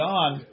on